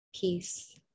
peace